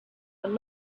and